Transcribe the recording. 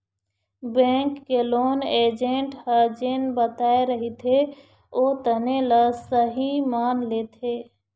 bank के loan agent ह जेन बताए रहिथे ओतने ल सहीं मान लेथे